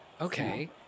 Okay